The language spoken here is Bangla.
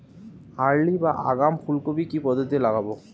আর্লি বা আগাম ফুল কপি কি পদ্ধতিতে লাগাবো?